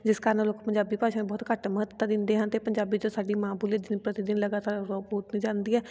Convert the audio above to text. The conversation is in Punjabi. ਜਿਸ ਕਾਰਨ ਲੋਕ ਪੰਜਾਬੀ ਭਾਸ਼ਾ ਬਹੁਤ ਘੱਟ ਮਹੱਤਤਾ ਦਿੰਦੇ ਹਨ ਅਤੇ ਪੰਜਾਬੀ ਜੋ ਸਾਡੀ ਮਾਂ ਬੋਲੀ ਆ ਦਿਨ ਪ੍ਰਤੀ ਦਿਨ ਲਗਾਤਾਰ ਅਲੋਪ ਹੁੰਦੀ ਜਾਂਦੀ ਹੈ